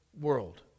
world